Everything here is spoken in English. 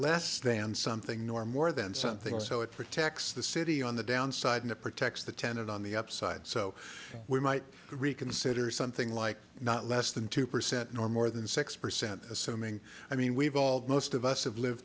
less than something nor more than something so it protects the city on the down side to protect the tenant on the upside so we might reconsider something like not less than two percent nor more than six percent assuming i mean we've all most of us have lived